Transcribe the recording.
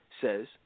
says